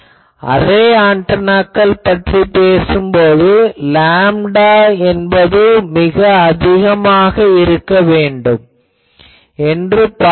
array ஆன்டெனாக்கள் பற்றி பேசும் போது லேம்டா என்பது மிக அதிகமாக இருக்க வேண்டும் என்று பார்த்தோம்